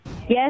yes